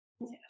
Yes